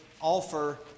offer